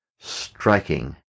Striking